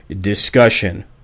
discussion